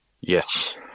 Yes